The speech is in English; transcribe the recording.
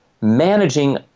managing